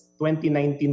2019